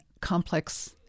complex